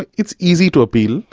and it's easy to appeal,